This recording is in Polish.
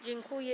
Dziękuję.